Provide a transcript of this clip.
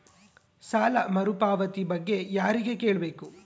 ಸಾಲ ಮರುಪಾವತಿ ಬಗ್ಗೆ ಯಾರಿಗೆ ಕೇಳಬೇಕು?